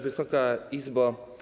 Wysoka Izbo!